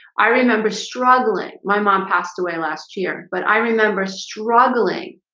i remember struggling my mom passed away last year, but i remember struggling.